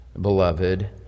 beloved